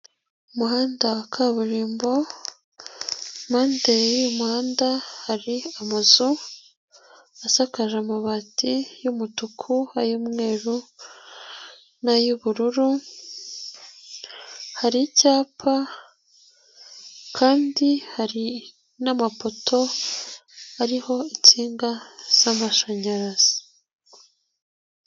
Umuhanda wa kaburimbo, impande y'uwo muhanda hari amazu asakaje amabati y'umutuku, ay'umweru n'ay'ubururu, hari icyapa kandi hari n'amapoto ariho insinga zamashanyarazi.